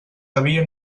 cabia